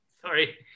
Sorry